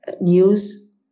news